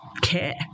care